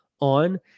on